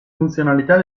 funzionalità